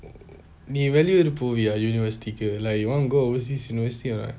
நீ வெலி ஊரு போவியா:nee velli ooru poviya university like you want go overseas university right